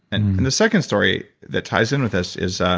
and the second story that ties in with this is ah